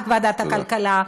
רק ועדת הכלכלה,